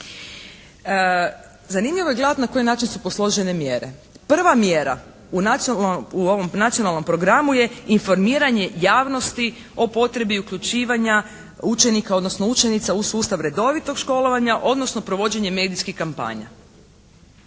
Zanimljivo je gledati na koji način su posložene mjere. Prva mjera u, u ovom Nacionalnom programu je informiranje javnosti o potrebi uključivanja učenika odnosno učenica u sustav redovitog školovanja odnosno provođenje medijskih kampanja.